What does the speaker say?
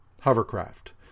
hovercraft